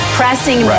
pressing